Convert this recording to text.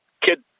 kid